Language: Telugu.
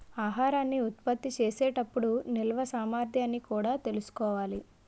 ఆహారాన్ని ఉత్పత్తి చేసే టప్పుడు నిల్వ సామర్థ్యాన్ని కూడా తెలుసుకోవాలి